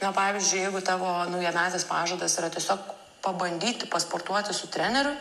na pavyzdžiui jeigu tavo naujametis pažadas yra tiesiog pabandyti pasportuoti su treneriu